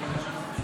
רבה.